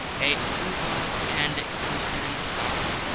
a rhubarb and gooseberry tart,